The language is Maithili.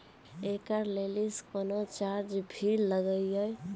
एकरा लेल कुनो चार्ज भी लागैये?